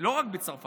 לא רק בצרפת,